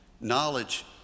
Knowledge